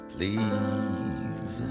Please